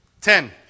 Ten